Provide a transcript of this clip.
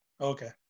Okay